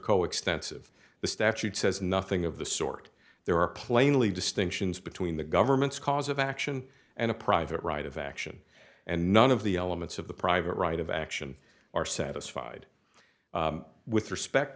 co extensive the statute says nothing of the sort there are plainly distinctions between the government's cause of action and a private right of action and none of the elements of the private right of action are satisfied with respect